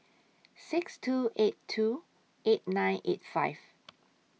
six two eight two eight nine eight five